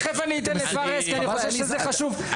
תיכף אני אתן לפארס אני חושב שזה חשוב,